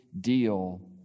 deal